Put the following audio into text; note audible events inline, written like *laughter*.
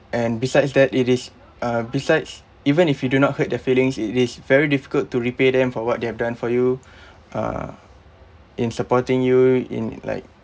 and besides that it is uh besides even if you do not hurt their feelings it is very difficult to repay them for what they have done for you *breath* uh in supporting you in like